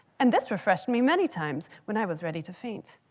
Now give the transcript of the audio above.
and this refreshed me many times when i was ready to faint.